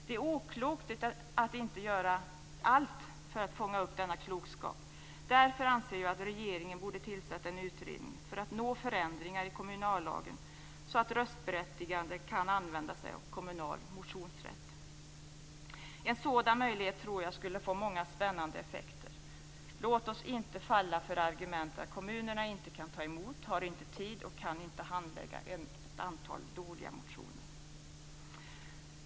Det är oklokt att inte göra allt för att fånga upp denna klokskap. Jag anser att regeringen borde tillsätta en utredning just för att nå förändringar i kommunallagen så att röstberättigade kan använda sig av kommunal motionsrätt. En sådan möjlighet tror jag skulle få många spännande effekter. Låt oss inte falla för argumentet att kommunerna inte kan ta emot, inte har tid och inte kan handlägga ett antal dåliga motioner!